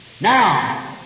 Now